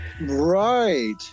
right